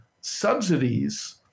subsidies